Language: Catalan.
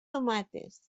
tomates